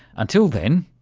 until then,